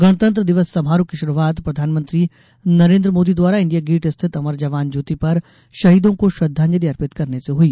गणतंत्र दिवस समारोह की शुरुआत प्रधानमंत्री नरेन्द्र मोदी द्वारा इंडिया गेट स्थित अमर जवान ज्योति पर शहीदों को श्रद्वांजलि अर्पित करने से हुई